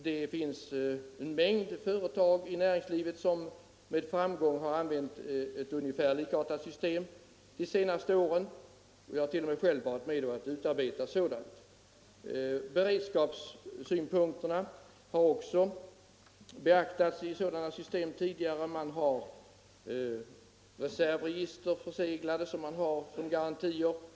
Det finns en mängd företag i näringslivet som med framgång har använt ett ungefär likartat system de senaste åren, och jag har själv varit med om att utarbeta ett sådant. Beredskapssynpunkterna har också beaktats i dessa system tidigare. Man har förseglade reservregister som garanti.